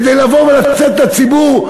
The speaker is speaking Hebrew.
כדי לבוא ולצאת לציבור,